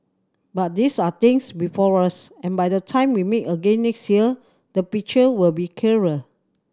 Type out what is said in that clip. but these are things before us and by the time we meet again next year the picture will be clearer